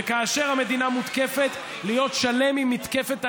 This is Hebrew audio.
וכאשר המדינה מותקפת, להיות שלם עם מתקפת הנגד,